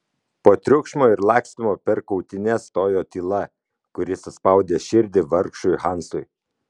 po triukšmo ir lakstymo per kautynes stojo tyla kuri suspaudė širdį vargšui hansui